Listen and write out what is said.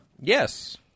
Yes